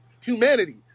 humanity